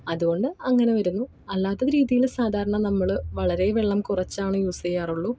അതുകൊണ്ട് അങ്ങനെ വരുന്നു അല്ലാത്ത രീതിയിൽ സാധാരണ നമ്മൾ വളരെ വെള്ളം കുറച്ചാണ് യൂസ് ചെയ്യാറുള്ളു